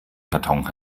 karton